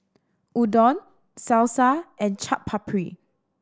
Udon Salsa and Chaat Papri